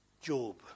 Job